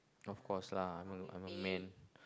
of course lah you know I don't mean